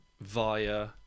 via